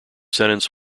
sentence